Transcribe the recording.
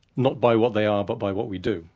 not by what they are but by what we do,